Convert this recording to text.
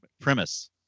premise